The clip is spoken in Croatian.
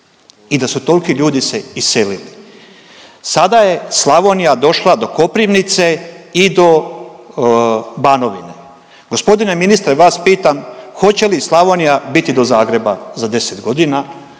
I da su tolki ljudi se iselili. Sada je Slavonija došla do Koprivnice i do Banovine. Gospodine ministre vas pitam hoće li Slavonija biti do Zagreba za 10 godina,